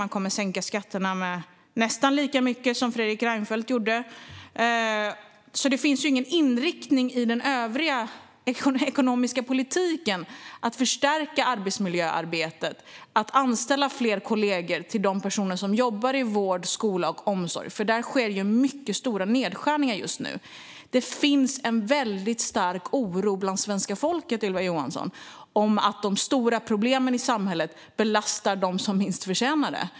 Man kommer att sänka skatterna med nästan lika mycket som Fredrik Reinfeldt gjorde. Det finns ingen inriktning i den övriga ekonomiska politiken att förstärka arbetsmiljöarbetet och att anställa fler kollegor till de personer som jobbar i vård, skola och omsorg. Där sker mycket stora nedskärningar just nu. Det finns en väldigt stark oro bland svenska folket, Ylva Johansson, att de stora problemen i samhället belastar dem som minst förtjänar det.